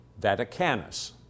Vaticanus